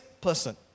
person